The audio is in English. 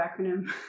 acronym